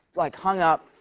like, hung up.